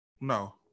No